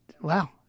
wow